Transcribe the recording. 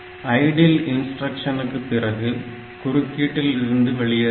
idle இன்ஸ்டிரக்ஷனுக்கு பிறகு குறுக்கீட்டில் இருந்து வெளியேறுகிறது